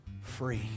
free